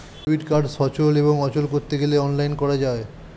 debit card সচল এবং অচল করতে গেলে অনলাইন করা যায়